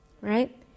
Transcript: right